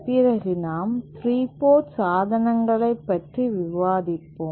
பிறகு நாம் 3 போர்ட் சாதனங்களைப் பற்றி விவாதிப்போம்